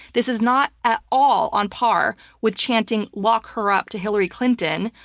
this is not at all on par with chanting lock her up to hillary clinton,